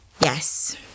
Yes